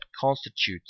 constitutes